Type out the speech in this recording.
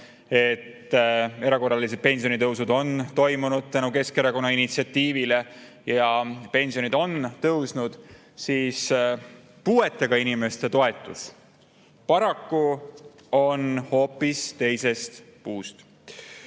et erakorralised pensionitõusud on tänu Keskerakonna initsiatiivile toimunud, pensionid on tõusnud. Puuetega inimeste toetus paraku on hoopis teisest puust. Ma